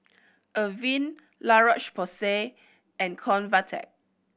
Avene La Roche Porsay and Convatec